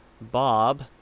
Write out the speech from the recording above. Bob